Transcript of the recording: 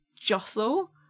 jostle